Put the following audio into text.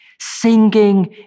Singing